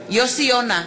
יוסי יונה,